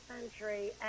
century